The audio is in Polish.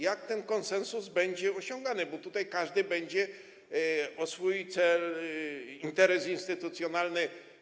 Jak ten konsensus będzie osiągany, bo tutaj każdy będzie walczył o swój cel, interes instytucjonalny?